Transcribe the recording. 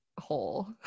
hole